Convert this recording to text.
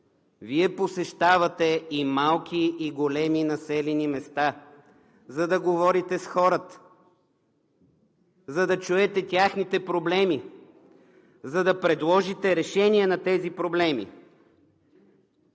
Вие посещавате и малки, и големи населени места, за да говорите с хората, за да чуете техните проблеми, за да предложите решение на тези проблеми.